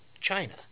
China